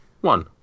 One